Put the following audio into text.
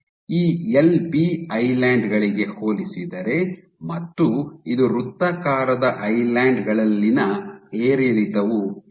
ಈ L B island ಗಳಿಗೆ ಹೋಲಿಸಿದರೆ ಮತ್ತು ಇದು ವೃತ್ತಾಕಾರದ ಐಲ್ಯಾನ್ಡ್ ಗಳಲ್ಲಿನ ಏರಿಳಿತವು ಹೆಚ್ಚು